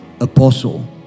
Apostle